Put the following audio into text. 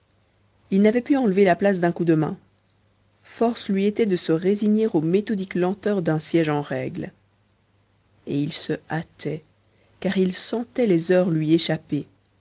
il n'avait pu enlever la place d'un coup de main force lui était de se résigner aux méthodiques lenteurs d'un siège en règle et il se hâtait car il sentait les heures lui échapper